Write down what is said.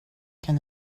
can